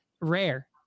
rare